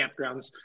campgrounds